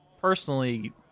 personally